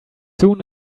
soon